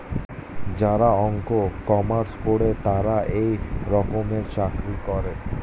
যারা অঙ্ক, কমার্স পরে তারা এই রকমের চাকরি করে